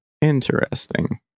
Interesting